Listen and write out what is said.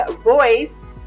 voice